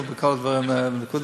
הדיבורים פה, בכנסת,